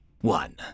one